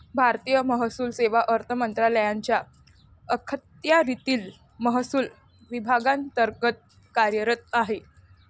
भारतीय महसूल सेवा अर्थ मंत्रालयाच्या अखत्यारीतील महसूल विभागांतर्गत कार्यरत आहे